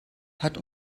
hat